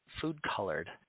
Food-colored